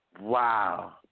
Wow